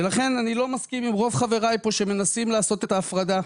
ולכן אני לא מסכים עם רוב חבריי פה שמנסים לעשות את ההפרדה,